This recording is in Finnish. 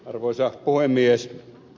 arvoisa puhemies